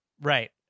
right